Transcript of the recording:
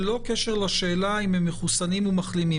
ללא קשר לשאלה אם הם מחוסנים ומחלימים.